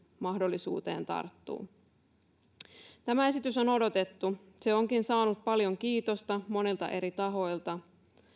mahdollisuuteen tarttuu esitys on odotettu se onkin saanut paljon kiitosta monilta eri tahoilta